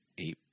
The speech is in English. eight